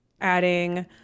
adding